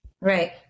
Right